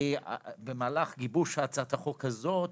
במהלך גיבוש הצעת החוק הזאת,